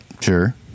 sure